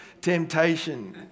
temptation